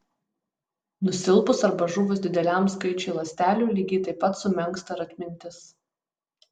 nusilpus arba žuvus dideliam skaičiui ląstelių lygiai taip pat sumenksta ir atmintis